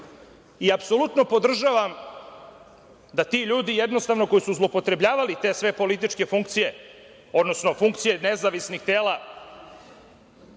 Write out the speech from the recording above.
Apsolutno podržavam da se ti ljudi koji su zloupotrebljavali sve te političke funkcije, odnosno funkcije nezavisnih tela,